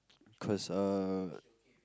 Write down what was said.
cause uh